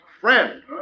friend